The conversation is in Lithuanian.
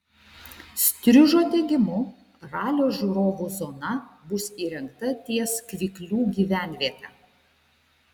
striužo teigimu ralio žiūrovų zona bus įrengta ties kvyklių gyvenviete